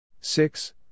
Six